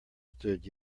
stood